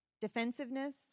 Defensiveness